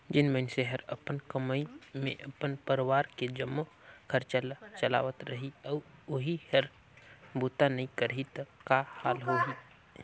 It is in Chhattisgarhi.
जेन मइनसे हर अपन कमई मे अपन परवार के जम्मो खरचा ल चलावत रही अउ ओही हर बूता नइ करही त का हाल होही